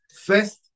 First